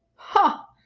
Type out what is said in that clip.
ha!